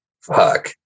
Fuck